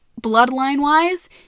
bloodline-wise